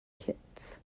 kits